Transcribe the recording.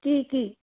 কি কি